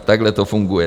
Takhle to funguje.